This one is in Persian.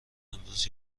امروز